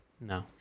No